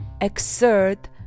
exert